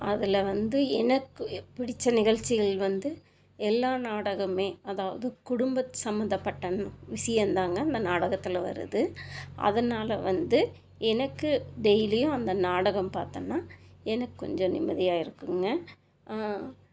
அதில் வந்து எனக்கு பிடிச்ச நிகழ்ச்சிகள் வந்து எல்லா நாடகமுமே அதாவது குடும்பம் சம்பந்தப்பட்ட விஷயந்தாங்க அந்த நாடகத்தில் வருது அதனால் வந்து எனக்கு டெய்லியும் அந்த நாடகம் பார்த்தேன்னா எனக்கு கொஞ்சம் நிம்மதியாக இருக்குங்க